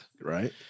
Right